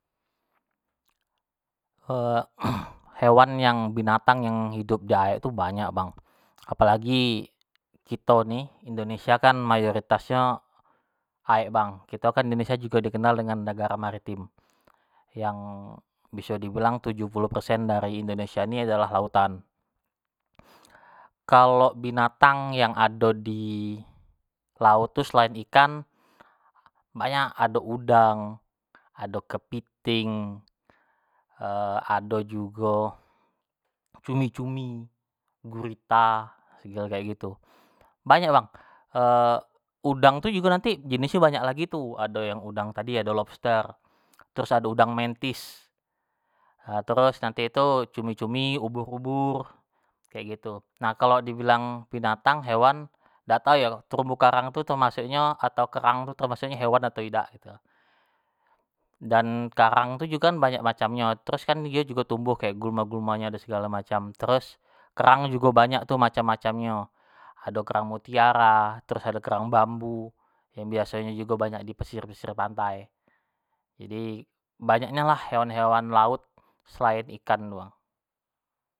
hewan yang binatang yang hidup di aek tu banyak bang, apolagi kito ni indonesia kan mayoritasnyo aek bang, kito kan indonesia jugo dikenal dengan negara maritim, yang biso dibilang tujuh puluh persen dari indonesia ni adalah lautan, kalo binatang yang ado di laut tu selain ikan, banyak, ado udang, ado kepiting ado jugo cumi-cumi, gurita segalo kek gitu, banyak bang, udang tu jugo nanti jenis nyo jugo banyak lagi tu, ado yang udang tadi udang lobster, terus ado udang mentis terus nanti tu cumi-cumi, ubur-ubur kek gitu. nah kalo di bilang binatang hewan dak tau yo terumbu karang tu termasuknyo. atau kerang tu termasuknyo hewan atau idak gitu, dan karang tu jugo kan banyak macam nyo, terus dio kan jugo tumbuh kek gulma-gulma nyo ado kek segalo macam, terus kerang jugo banyak jugo tu macam-macam nyo, ado kerang mutiara, terus ado kerang bambu yang biaso nyo jugo banyak di pesisir-pesisir pantai, jadi banyak nianlah hewan-hewan laut selain ikan tu bang.